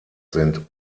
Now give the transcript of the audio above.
sind